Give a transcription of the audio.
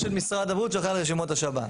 את משרד הבריאות שהוא אחראי על רשימות השב"ן.